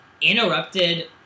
interrupted